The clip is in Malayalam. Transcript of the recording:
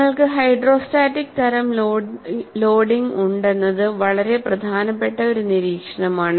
നിങ്ങൾക്ക് ഹൈഡ്രോസ്റ്റാറ്റിക് തരം ലോഡിംഗ് ഉണ്ടെന്നത് വളരെ പ്രധാനപ്പെട്ട ഒരു നിരീക്ഷണമാണ്